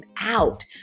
out